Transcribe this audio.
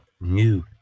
new